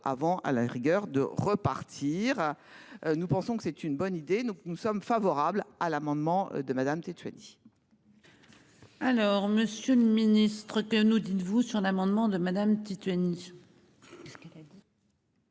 avant à la rigueur de repartir. Nous pensons que c'est une bonne idée. Donc nous sommes favorables à l'amendement de Madame Tchétchénie. Alors Monsieur le Ministre, que vous nous dites-vous, sur l'amendement de Madame Tchétchénie. Ce qu'elle a dit.